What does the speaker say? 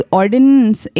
ordinance